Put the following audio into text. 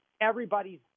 everybody's